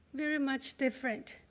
very much different.